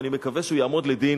אני מקווה שהוא יעמוד לדין.